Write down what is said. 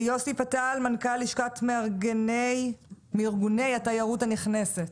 יוסי פתאל, מנכ"ל לשכת מארגני התיירות הנכנסת.